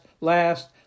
last